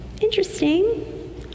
interesting